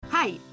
Hi